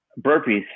burpees